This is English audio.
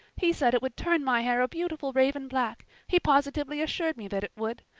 he said it would turn my hair a beautiful raven black he positively assured me that it would.